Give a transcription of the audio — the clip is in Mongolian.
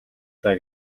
даа